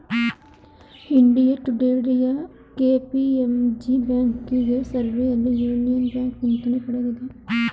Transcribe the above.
India ಟುಡೇಯ KPMG banking ಸರ್ವೆಯಲ್ಲಿ Union Bank ಎಂಟನೇ ಪಡೆದಿದೆ